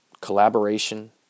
collaboration